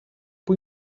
πού